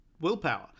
willpower